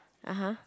(uh huh)